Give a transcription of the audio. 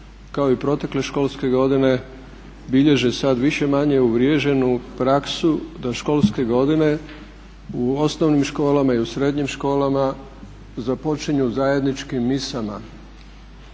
kao i protekle školske godine bilježe sada više-manje uvriježenu praksu da školske godine u osnovnim školama i u srednjim školama započinju zajedničkim misama,